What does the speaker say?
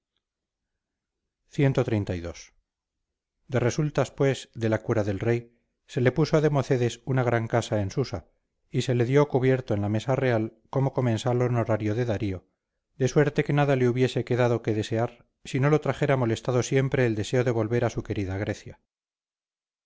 cxxxii de resultas pues de la cura del rey se le puso a democedes una gran casa en susa y se lo dio cubierto en la mesa real como comensal honorario de darío de suerte que nada le hubiese que dado que desear si no lo trajera molestado siempre el deseo de volver a su querida grecia